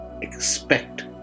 expect